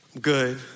good